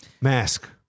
mask